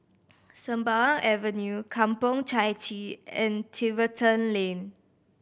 Sembawang Avenue Kampong Chai Chee and Tiverton Lane